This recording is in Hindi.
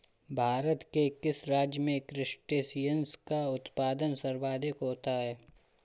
भारत के किस राज्य में क्रस्टेशियंस का उत्पादन सर्वाधिक होता है?